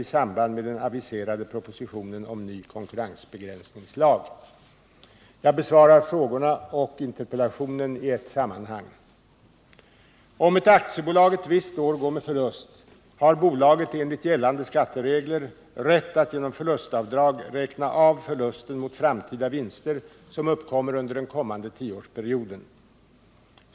i samband med den aviserade propositionen om ny konkurrensbegränsningslag. Jag besvarar frågorna och interpellationen i ett sammanhang. Om ett aktiebolag ett visst år går med förlust, har bolaget enligt gällande skatteregler rätt att genom förlustavdrag räkna av förlusten mot framtida vinster, som uppkommer under den följande tioårsperioden.